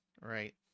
Right